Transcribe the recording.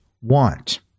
want